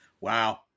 Wow